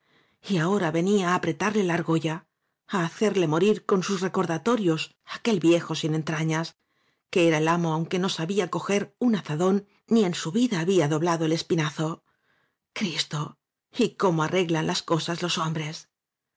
y ahora venía á apretarle la argolla á hacerle morir con sus recordatorios aquel viejo sin entrañas que era el amo aunque no sabía coger un azadón ni en su vida había doblado el espi nazo cristo y cómo arreglan las cosas los hombres